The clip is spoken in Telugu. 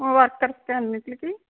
వర్కర్స్కి అన్నింటికి